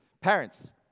Parents